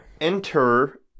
enter